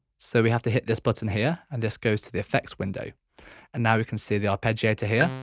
so we have to hit this button here and this goes to the effects window and now we can see the arpeggiator here.